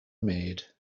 maid